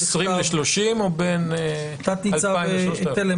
תת-ניצב תלם,